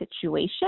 situation